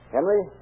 Henry